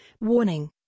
Warning